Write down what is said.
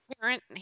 parent